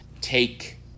take